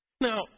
Now